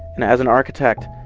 and as an architect,